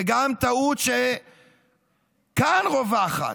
טעות שגם כאן רווחת,